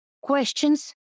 questions